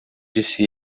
disse